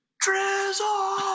Drizzle